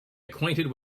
acquainted